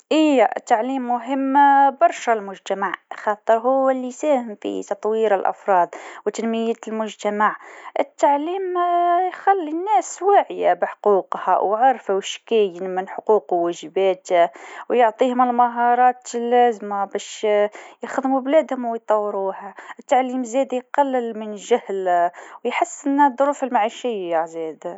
إي، التعليم مهم برشة للمجتمع. يفتح الأبواب، يعزز الفهم ويخلق وعي. الناس المتعلمة ينجمو يساهموا في تطوير البلاد، ويحسنوا من ظروف حياتهم. من غير تعليم، يتعطل التقدم ويزيد الفقر.